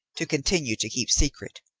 to continue to keep secret.